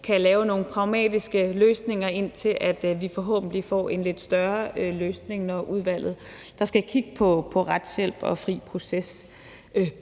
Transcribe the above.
kan lave nogle pragmatiske løsninger, indtil vi forhåbentlig får en lidt større løsning, når udvalget, der skal kigge på retshjælp og fri proces,